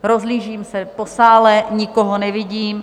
Rozhlížím se po sále, nikoho nevidím.